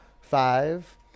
Five